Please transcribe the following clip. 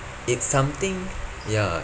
it's something ya